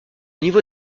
niveau